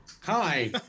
Hi